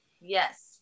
Yes